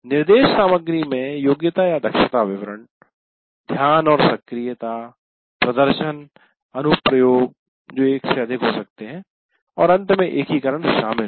निर्देश सामग्री में योग्यतादक्षता विवरण ध्यान और सक्रियता प्रदर्शन अनुप्रयोग जो एक से अधिक हो सकते है और अंत में एकीकरण शामिल होगा